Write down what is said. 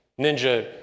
ninja